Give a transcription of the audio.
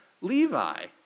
Levi